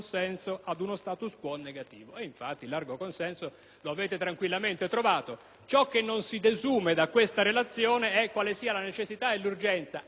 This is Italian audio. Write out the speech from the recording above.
Ciò che non si desume da questa relazione è quale sia la necessità e l'urgenza, a tre mesi - anzi, a due mesi e mezzo - dalla chiusura delle liste per il Parlamento europeo, di apportare